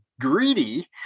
greedy